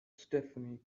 stephanie